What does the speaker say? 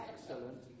Excellent